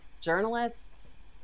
journalists